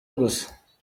gusa